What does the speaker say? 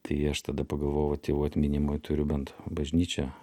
tai aš tada pagalvojau tėvų atminimui turiu bent bažnyčią